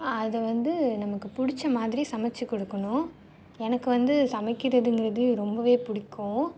அதை வந்து நமக்கு பிடிச்ச மாதிரி சமைச்சி கொடுக்கணும் எனக்கு வந்து சமைக்கிறதுங்கிறது ரொம்பவே பிடிக்கும்